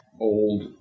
old